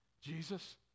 Jesus